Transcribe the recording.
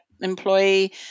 employee